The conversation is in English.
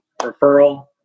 referral